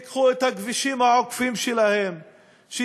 שייקחו את הכבישים העוקפים שלהם,